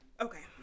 okay